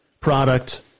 product